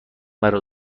مرا